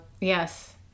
Yes